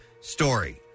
story